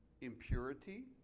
impurity